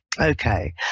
Okay